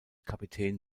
kapitän